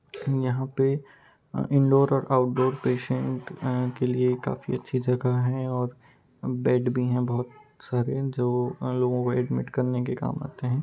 यहाँ पर इनडोर और आउटडोर पेशेंट के लिए काफ़ी अच्छी जगह है और बेड भी हैं बहुत सारे जो उन लोगों को एडमिट करने के काम आते हैं